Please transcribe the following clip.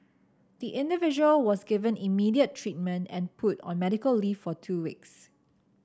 the individual was given immediate treatment and put on medical leave for two weeks